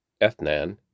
Ethnan